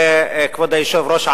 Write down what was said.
כבוד היושב-ראש,